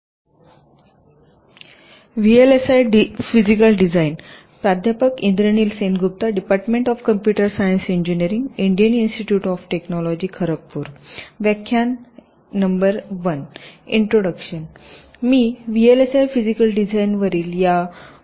मी VLSI physical डिझाइनवरील या MOOC कोर्समध्ये आपले स्वागत करतो